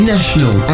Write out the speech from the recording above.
National